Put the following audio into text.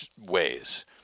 ways